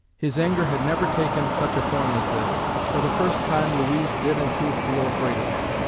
his anger had never taken such a form as this for the first time louise did in truth feel afraid of him.